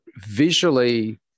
visually